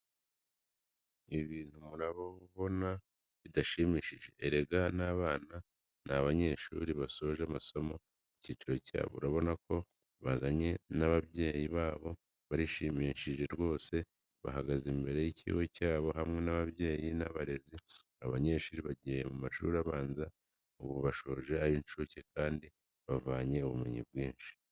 Ibi bintu murabona bidashimishije, erega n'aba ni abanyeshuri basoje amasomo mu kiciro cyabo, urabona ko bazanye n'ababyeyi babo, birashimishije rwose bahagaze imbere y'ikigo cyabo, hamwe n'ababyeyi n'abarezi. Aba banyeshuri bagiye mu mashuri abanza ubu bashoje ay'incuke kandi bahavanye ubumenyi bwinshi.